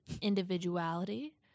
individuality